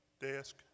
desk